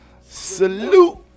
Salute